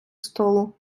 столу